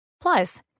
Plus